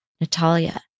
Natalia